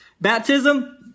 baptism